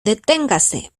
deténgase